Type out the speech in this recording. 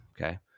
Okay